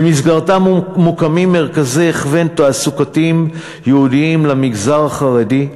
במסגרתה מוקמים מרכזי הכוון תעסוקתיים ייעודיים למגזר החרדי,